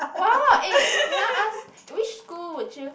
!wow! eh can I ask which school would you